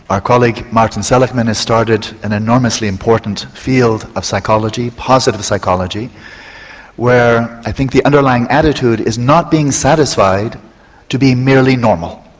our colleague martin seligman has started an enormously important field of psychology, positive psychology where i think the underlying attitude is not being satisfied to be merely normal,